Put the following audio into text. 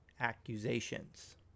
accusations